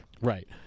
right